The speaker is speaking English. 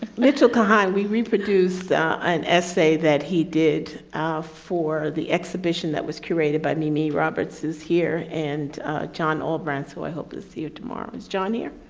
mitchell kahan, we reproduce an essay that he did um for the exhibition that was curated by me me roberts is here and john o'brien who i hope to see tomorrow. is john here?